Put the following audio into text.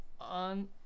on